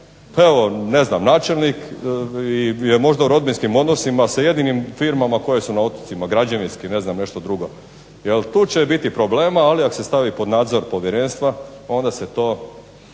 evo ne znam načelnik je možda u rodbinskim odnosima sa jedinim firmama koje su na otocima, građevinskim, ne znam nešto drugo. Tu će biti problema, ali ako se stavi pod nadzor povjerenstva, onda se to